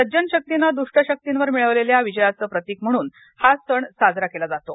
सज्जन शक्तीने दुष्टशक्तींवर मिळवलेल्या विजयाचं प्रतीक म्हणून हा सण साजरा केला जातो